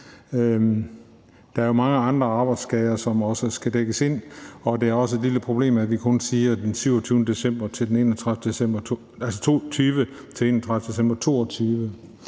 Der er jo mange andre arbejdsskader, som også skal dækkes ind. Det er også et lille problem, at vi kun siger fra den 27. december 2020 til den 31. december 2022. Vi ved jo